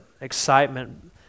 Excitement